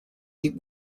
eat